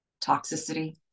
toxicity